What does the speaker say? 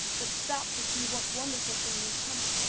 but stopped to see what wonderful thing was coming.